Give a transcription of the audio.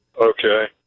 Okay